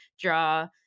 draw